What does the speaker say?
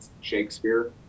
Shakespeare